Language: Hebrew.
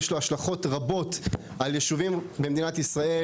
יש לו השלכות רבות על ישובים במדינת ישראל.